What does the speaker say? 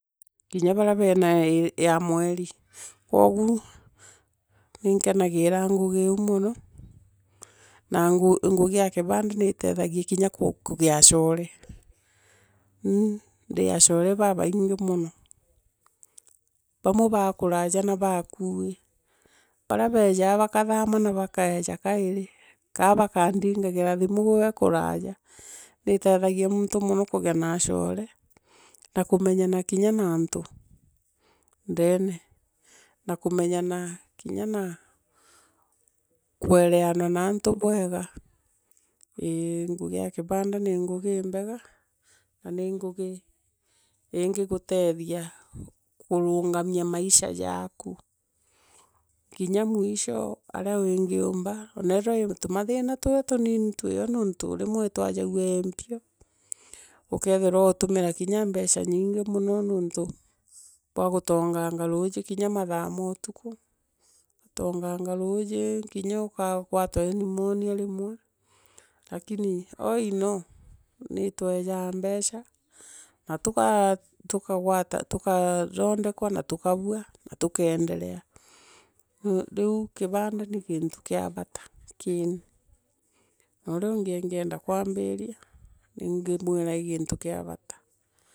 Kinya barea bena ya mweri, kwoguu, ninkenagira ngugi iiu mono na ngigi ya kibanda nitethagia kinya acore ndi achorebabaingi mono. Bawire ba kuraja na baakui bara bejaa bakathama na nakaija kairi kaa bakandigagira thimu beekuvaaja. Niitethagia muntu mono kugea na achora na kumeryana kinya na antu ndeene na kumenyana kinya kinya na kwereanwa na antu bwega ii ngugi ekibanda ni ngugi imbega, n ani ngugi iingigutethia, kurungamia Maisha jaku. Kinya mwisho, area wingiumba ona wina tumatuma tunini twio nontu rimwe itwajagua ii mpiro, ukethira uutumira kinya mbeca nyingi mono nonto bwa gutonganga ruuji kinya mathaa mootuku utonganga ruuji, kinya rimwe ukagwatwa ni pneumonia rimwe vakini all in all niitwega mbeca, na tuga tukagwata tukathwoondekwa na tukabua, na tookeondelea. Rio kibnda ni ginto kia bata kini, noongi urea ungienda kwambiria ninginwira ni gintu kia bata.